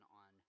on